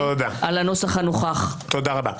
תודה, תודה רבה.